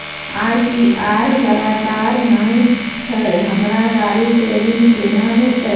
ITR लगातार नय छै हमरा गाड़ी के ऋण केना भेटतै?